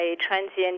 transient